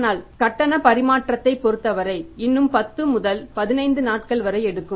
ஆனால் கட்டண பரிமாற்றத்தைப் பொறுத்தவரை இன்னும் 10 முதல் 15 நாட்கள் வரை எடுக்கும்